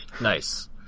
Nice